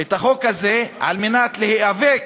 החוק הזה על מנת להיאבק